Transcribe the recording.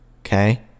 Okay